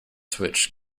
switch